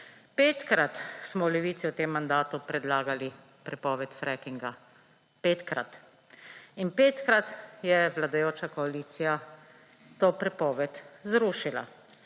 Petkrat smo v Levici v tem mandatu predlagali prepoved frackinga. Petkrat. In petkrat je vladajoča koalicija to prepoved zrušila.